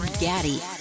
Gaddy